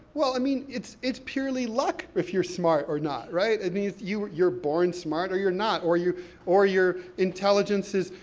well i mean, it's it's purely luck if you're smart or not, right? it means, you're born smart, or you're not. or you're or you're intelligence is,